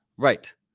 Right